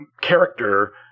character